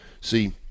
See